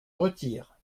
retire